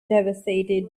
devastated